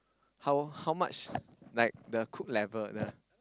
how how much like the cook level the